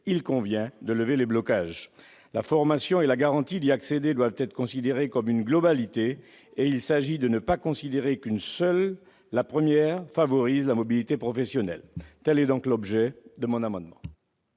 il convient de lever les blocages. La formation et la garantie d'y accéder doivent être considérées comme une globalité : il s'agit de ne pas estimer que seule la première favorise la mobilité professionnelle. Tel est l'objet de cet amendement.